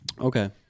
Okay